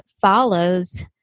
follows